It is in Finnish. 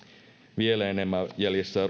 vielä enemmän jäljessä